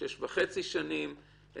שש וחצי שנים,